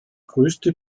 größte